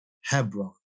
Hebron